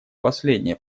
последнее